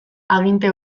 aginte